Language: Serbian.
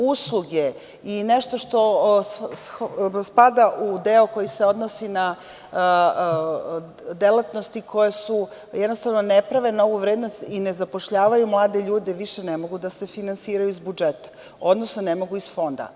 Usluge i nešto što spada u deo koji se odnosi na delatnosti koje se jednostavno ne prave na ovu vrednost i ne zapošljavaju mlade ljude, više ne mogu da se finansiraju iz budžeta, odnosno ne mogu iz Fonda.